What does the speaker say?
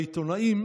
בעיתונאים